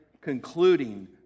concluding